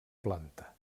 planta